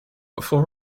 before